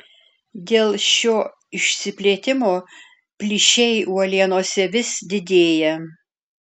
dėl šio išsiplėtimo plyšiai uolienose vis didėja